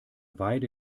weide